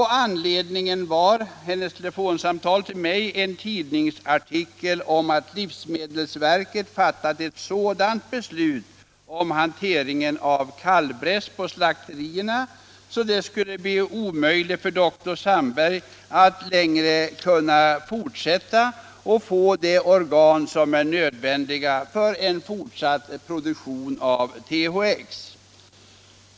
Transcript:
Anledningen var en tidningsartikel om att livsmedelsverket fattat ett beslut innebärande att hanteringen av kalvbräss på slakterierna skulle bli sådan att dr Sandberg inte längre skulle få de organ som är nödvändiga för fortsatt produktion av THX.